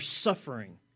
suffering